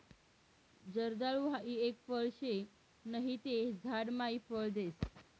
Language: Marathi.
जर्दाळु हाई एक फळ शे नहि ते झाड मायी फळ देस